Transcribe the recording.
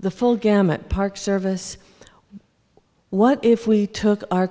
the full gamut park service what if we took our